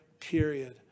period